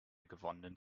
gewonnenen